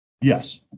Yes